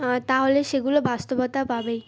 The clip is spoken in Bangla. তাহলে সেগুলো বাস্তবতা পাবেই